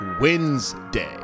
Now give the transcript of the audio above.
Wednesday